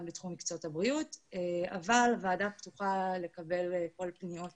בתחום מקצועות הבריאות אבל הוועדה פתוחה לקבל כל פניות